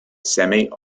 semi